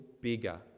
bigger